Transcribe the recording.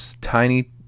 tiny